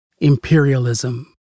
imperialism